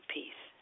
Peace